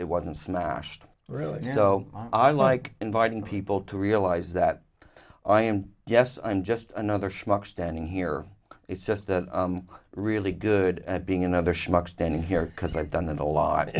it wasn't smashed really so i like inviting people to realize that i am yes i'm just another schmuck standing here it's just a really good at being another schmuck standing here because i've done that a lot